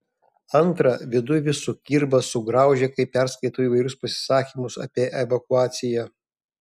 antra viduj vis sukirba sugraužia kai perskaitau įvairius pasisakymus apie evakuaciją